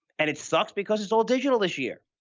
and it sucks because it's all digital this year.